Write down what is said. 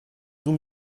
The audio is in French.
donc